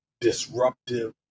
disruptive